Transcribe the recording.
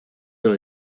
dans